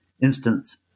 instance